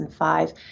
2005